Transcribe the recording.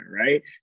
right